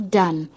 done